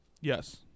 Yes